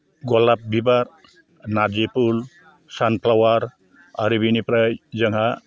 गलाप बिबार नारजि फुल सानफ्लावार आरो बेनिफ्राय जोंहा